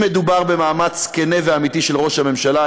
אם מדובר במאמץ כן ואמיתי של ראש הממשלה,